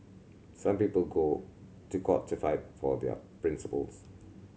some people go to court to fight for their principles